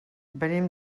venim